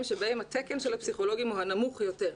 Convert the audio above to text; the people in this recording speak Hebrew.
שבהם התקן של הפסיכולוגים הוא הנמוך יותר.